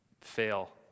fail